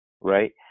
right